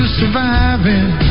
surviving